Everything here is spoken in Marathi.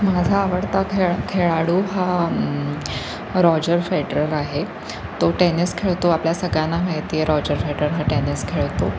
माझा आवडता खेळ खेळाडू हा रॉजर फेडरर आहे तो टेनिस खेळतो आपल्या सगळ्यांना माहिती आहे रॉजर फेडरर हा टेनिस खेळतो